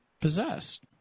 possessed